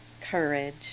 courage